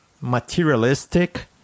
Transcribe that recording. materialistic